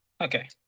Okay